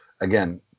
Again